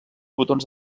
botons